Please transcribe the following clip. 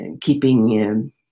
keeping